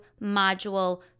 module